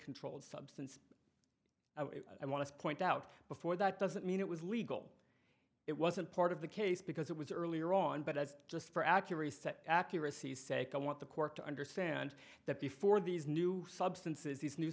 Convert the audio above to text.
controlled substance i want to point out before that doesn't mean it was legal it wasn't part of the case because it was earlier on but as just for accuracy accuracy's sake i want the court to understand that before these new substances these new